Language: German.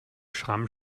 stramm